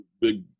big